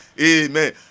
amen